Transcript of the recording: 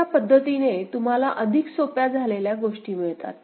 अशा पद्धतीने तुम्हाला अधिक सोप्या झालेल्या गोष्टी मिळतात